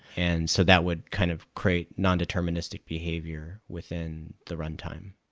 and so that would kind of create non-deterministic behavior within the runtime.